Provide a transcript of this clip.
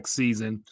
season